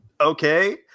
okay